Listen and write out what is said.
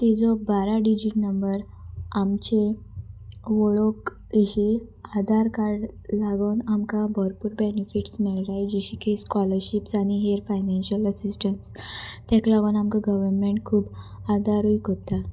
तेजो बारा digit number आमचे वळख अशी आधार कार्ड लागोन आमकां भरपूर बेनिफिट्स मेळटाय जशी की स्कॉलरशीप्स आनी हेर फायनेनशियल अससिस्टंस ताका लागून आमकां गवर्मेंट खूब आदारूय करताय